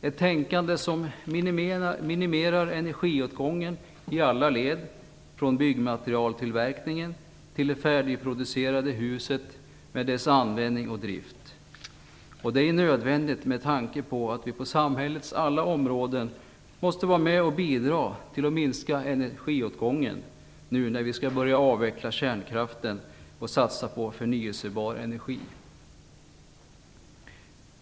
Ett tänkande som minimerar energiåtgången i alla led, från byggmaterialtillverkningen till det färdigproducerade huset med dess användning och drift, är nödvändigt med tanke på att vi på samhällets alla områden måste vara med och bidra till en minskad energiåtgång nu när vi skall börja avveckla kärnkraften och satsa på förnyelsebar energi.